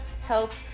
health